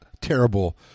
terrible